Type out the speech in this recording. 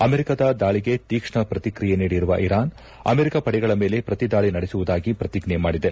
ಅಮೆರಿಕದ ದಾಳಿಗೆ ತೀಕ್ಷ್ಣ ಪ್ರತಿಕ್ರಿಯೆ ನೀಡಿರುವ ಇರಾನ್ ಅಮೆರಿಕ ಪಡೆಗಳ ಮೇಲೆ ಪ್ರತಿದಾಳಿ ನಡೆಸುವುದಾಗಿ ಪ್ರತಿಜ್ಞೆ ಮಾಡಿದೆ